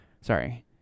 sorry